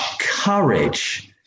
courage